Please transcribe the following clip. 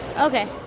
Okay